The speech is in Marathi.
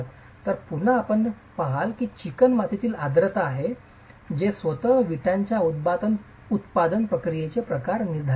तर पुन्हा आपण पहाल की ते चिकणमातीतील आर्द्रता आहे जे स्वतः विटाच्या उत्पादन प्रक्रियेचे प्रकार निर्धारित करते